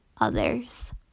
others